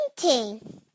painting